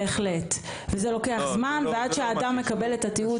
בהחלט לוקח זמן עד שהאדם מקבל את התיעוד.